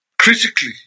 critically